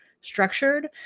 structured